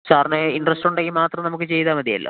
സാറിന് ഇന്റ്ററസ്റ്റ് ഉണ്ടെങ്കില് മാത്രം നമുക്ക് ചെയ്താൽ മതിയല്ലോ